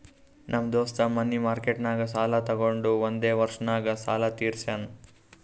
ನಮ್ ದೋಸ್ತ ಮನಿ ಮಾರ್ಕೆಟ್ನಾಗ್ ಸಾಲ ತೊಗೊಂಡು ಒಂದೇ ವರ್ಷ ನಾಗ್ ಸಾಲ ತೀರ್ಶ್ಯಾನ್